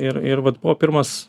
ir ir vat buvo pirmas